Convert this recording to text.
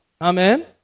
Amen